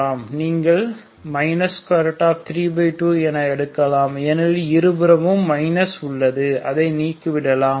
நீங்கள் 32 என எடுக்கலாம் ஏனெனில் இருபுறமும் மைனஸ் உள்ளது அதை நீக்கி விடலாம்